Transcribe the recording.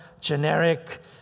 generic